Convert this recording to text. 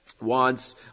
wants